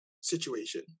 situation